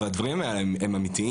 אבל הדברים האלה הם אמיתיים.